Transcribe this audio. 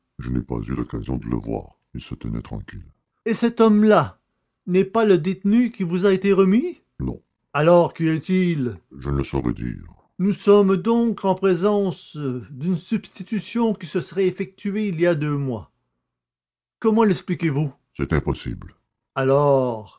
je n'ai pas eu l'occasion de le voir il se tenait tranquille et cet homme-là n'est pas le détenu qui vous a été remis non alors qui est-il je ne saurais dire nous sommes donc en présence d'une substitution qui se serait effectuée il y a deux mois comment lexpliquez vous c'est impossible alors